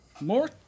more